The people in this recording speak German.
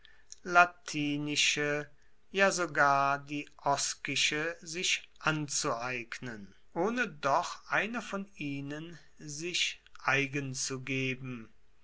ja sogar die oskische sich anzueignen ohne doch einer von ihnen sich zu eigen zu geben